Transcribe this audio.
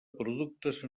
productes